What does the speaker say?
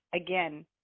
again